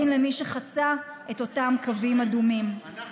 מי שחצה את אותם קווים אדומים צריך לתת את הדין.